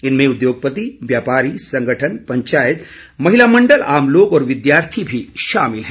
इनमें उद्योगपति व्यापारी संगठन पंचायत महिला मण्डल आम लोग और विद्यार्थी भी शामिल हैं